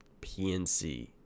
PNC